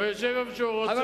או ישב איפה שהוא רוצה.